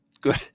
Good